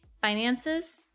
finances